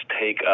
take